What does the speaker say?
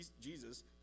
Jesus